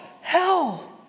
hell